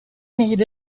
need